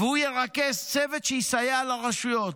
והוא ירכז צוות שיסייע לרשויות.